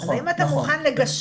אז אם אתה מוכן לגשר